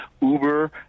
Uber